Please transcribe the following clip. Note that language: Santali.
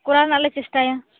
ᱠᱚᱨᱟᱣ ᱨᱮᱱᱟᱜ ᱞᱮ ᱪᱮᱥᱴᱟᱭᱟ